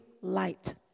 light